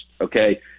Okay